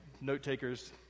note-takers